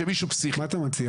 מה אתה מציע?